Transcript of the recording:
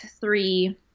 three